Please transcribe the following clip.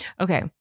Okay